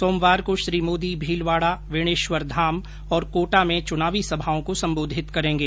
सोमवार को श्री मोदी भीलवाड़ा बेणेश्वरधाम और कोटा में चुनावी सभाओं को सम्बोधित करेंगे